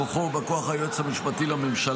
בא כוחו או בא כוח היועץ המשפטי לממשלה,